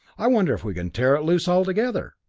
i wonder if we can tear it loose altogether?